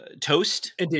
toast